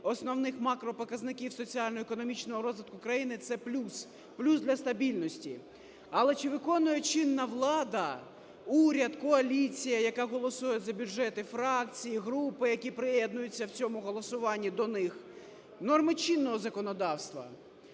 основних макропоказників соціально-економічного розвитку країни, це плюс, плюс для стабільності. Але чи виконує чинна влада, уряд, коаліція, яка голосує за бюджет, фракції, групи, які приєднуються в цьому голосуванні до них, норми чинного законодавства?